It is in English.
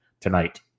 tonight